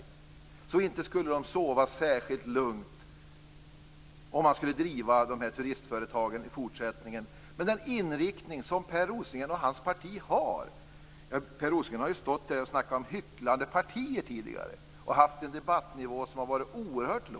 Jag tror inte att de skulle sova särskilt lugnt om man i fortsättningen skulle driva dessa turistföretag med den inriktning som Per Rosengren och hans parti förespråkar. Per Rosengren har stått här i talarstolen och snackat om hycklande partier tidigare. Det har varit en oerhört låg debattnivå.